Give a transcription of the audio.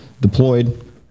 deployed